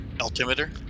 altimeter